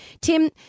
Tim